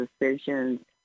decisions